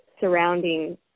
Surrounding